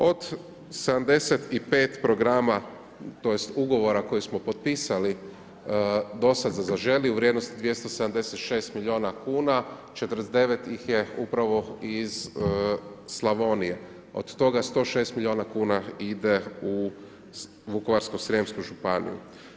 Od 75 programa, tj. ugovora, koje smo potpisali dosada za zaželi, u vrijednosti 276 milijuna kuna, 49 ih je upravo iz Slavonije, od toga 106 milijuna kuna ide u Vukovarsku srijemsku županiju.